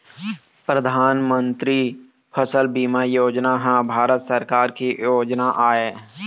परधानमंतरी फसल बीमा योजना ह भारत सरकार के योजना आय